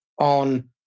on